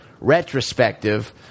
retrospective